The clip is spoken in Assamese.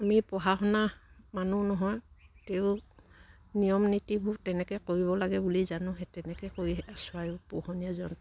আমি পঢ়া শুনা মানুহ নহয় তেওঁ নিয়ম নীতিবোৰ তেনেকে কৰিব লাগে বুলি জানো সেই তেনেকে কৰি আছো আৰু পোহনীয়া জন্তু